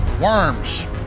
worms